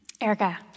Erica